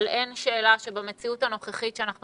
אבל אין שאלה שבמציאות הנוכחית שאנחנו